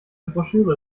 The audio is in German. broschüre